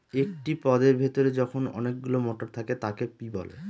একটি পদের ভেতরে যখন অনেকগুলো মটর থাকে তাকে পি বলে